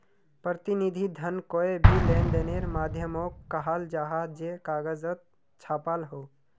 प्रतिनिधि धन कोए भी लेंदेनेर माध्यामोक कहाल जाहा जे कगजोत छापाल हो